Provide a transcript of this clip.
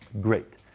Great